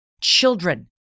children